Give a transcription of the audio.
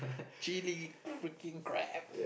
chilli freaking crab